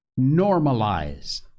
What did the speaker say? normalize